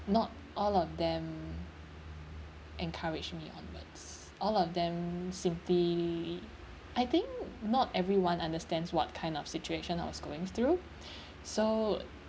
not all of them encourage me onwards all of them simply I think not everyone understands what kind of situation I was going through so